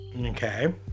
Okay